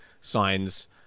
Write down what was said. signs